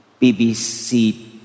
BBC